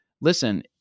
listen